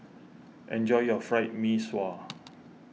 enjoy your Fried Mee Sua